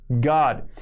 God